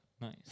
Nice